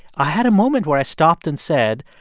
i had a moment where i stopped and said,